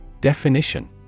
Definition